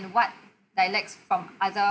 and what dialects from other